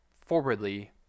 forwardly